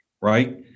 right